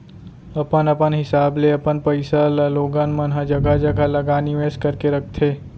अपन अपन हिसाब ले अपन पइसा ल लोगन मन ह जघा जघा लगा निवेस करके रखथे